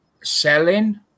selling